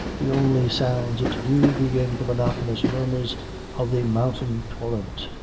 the only sounds it knew being the monotonous murmurs of the mountain torrent,